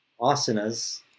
asanas